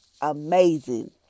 amazing